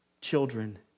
children